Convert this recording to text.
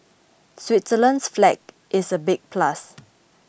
Switzerland's flag is a big plus